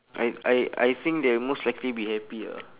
I I I think they'll most likely be happy ah